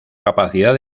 capacidad